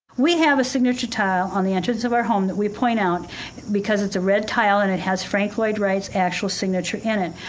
we have a signature tile on the entrance of our home that we point out because it's a red tile and it has frank lloyd wright's actual signature in it.